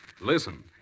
listen